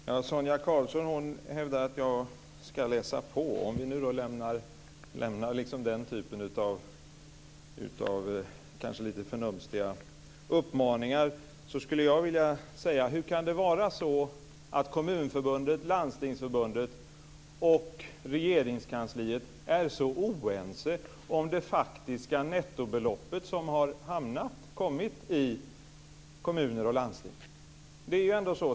Fru talman! Sonia Karlsson hävdar att jag ska läsa på. Om vi nu lämnar den typen av lite förnumstiga uppmaningar skulle jag vilja säga: Hur kan det vara så att Kommunförbundet, Landstingsförbundet och Regeringskansliet är så oense om det faktiska nettobelopp som har hamnat i kommuner och landsting? Det är ju så.